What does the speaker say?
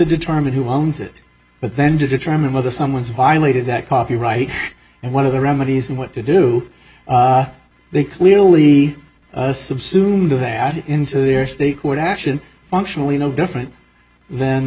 determine who owns it but then to determine whether someone's violated that copyright and one of the remedies and what to do they clearly subsumed to that into their state court action functionally no different th